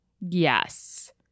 Yes